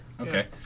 Okay